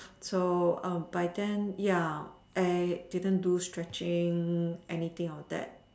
so by then ya I didn't do stretching anything or that